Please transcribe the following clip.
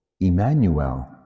emmanuel